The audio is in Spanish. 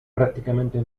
prácticamente